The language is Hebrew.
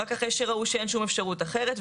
רק אחרי שראו שאין שום אפשרות אחרת.